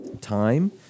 time